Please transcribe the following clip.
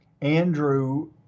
Andrew